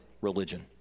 religion